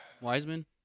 Wiseman